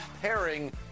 pairing